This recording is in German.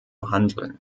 handeln